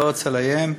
לא רוצה לאיים,